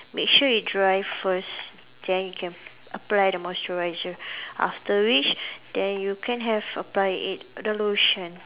make sure it dry first then you can apply the moisturiser after which then you can have apply eh the lotion